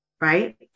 right